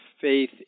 faith